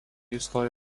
įstojo